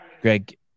Greg